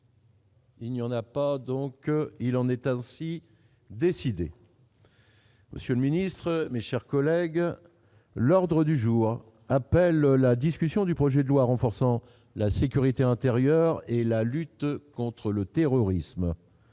Il n'y en a pas, donc il en est ainsi décidé. Monsieur le ministre, mais, chers collègues, l'ordre du jour appelle la discussion du projet de loi renforçant la sécurité intérieure et la lutte contre le terrorisme,